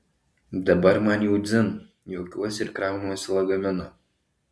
dabar man jau dzin juokiuosi ir kraunuosi lagaminą